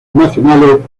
nacionales